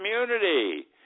community